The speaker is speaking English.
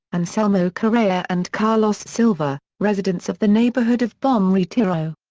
anselmo correia and carlos silva, residents of the neighborhood of bom retiro.